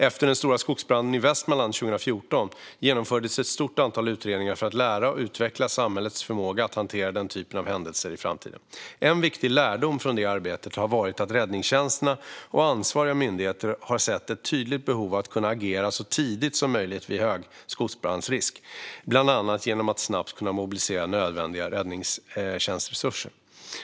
Efter den stora skogsbranden i Västmanland 2014 genomfördes ett stort antal utredningar för att lära och utveckla samhällets förmåga att hantera den typen av händelser i framtiden. En viktig lärdom från det arbetet har varit att räddningstjänsterna och ansvariga myndigheter har sett ett tydligt behov av att kunna agera så tidigt som möjligt vid hög skogsbrandrisk, bland annat genom att snabbt kunna mobilisera nödvändiga räddningstjänstresurser.